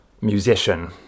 musician